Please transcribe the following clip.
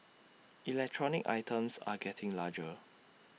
electronic items are getting larger